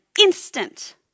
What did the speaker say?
instant